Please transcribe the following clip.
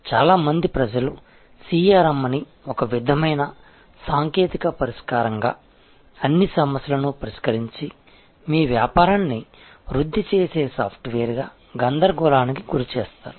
చాలా మంది ప్రజలు CRM ని ఒక విధమైన సాంకేతిక పరిష్కారంగా అన్ని సమస్యలను పరిష్కరించి మీ వ్యాపారాన్ని వృద్ధి చేసే సాఫ్ట్వేర్గా గందరగోళానికి గురిచేస్తారు